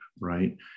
right